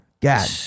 God